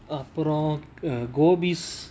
அப்ரோ:apro err gopis